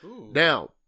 Now